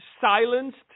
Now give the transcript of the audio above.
silenced